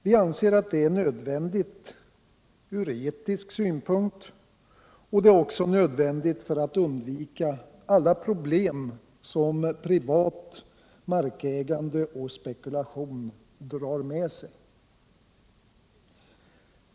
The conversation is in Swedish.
Vi anser att detta är nödvändigt från etisk synpunkt liksom också för att undvika alla problem som privat markägande och spekulation drar med sig.